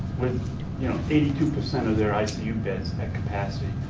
with you know eighty two percent of their icu beds at capacity.